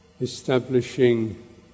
establishing